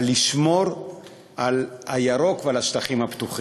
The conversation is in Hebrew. לשמור על הירוק ועל השטחים הפתוחים.